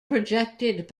projected